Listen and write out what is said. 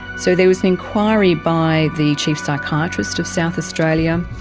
so there was an enquiry by the chief psychiatrist of south australia,